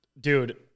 Dude